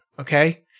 Okay